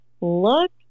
look